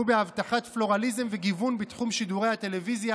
בהבטחת פלורליזם וגיוון בתחום שידורי הטלוויזיה,